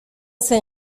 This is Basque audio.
zen